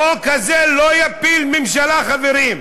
החוק הזה לא יפיל ממשלה, חברים.